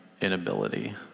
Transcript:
inability